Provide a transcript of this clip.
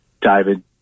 David